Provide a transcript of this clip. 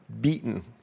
beaten